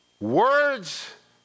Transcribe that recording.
Words